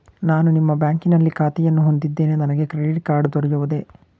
ನಾನು ನಿಮ್ಮ ಬ್ಯಾಂಕಿನಲ್ಲಿ ಖಾತೆಯನ್ನು ಹೊಂದಿದ್ದೇನೆ ನನಗೆ ಕ್ರೆಡಿಟ್ ಕಾರ್ಡ್ ದೊರೆಯುವುದೇ?